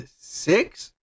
six